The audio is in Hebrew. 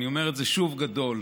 אני אומר את זה שוב: גדול.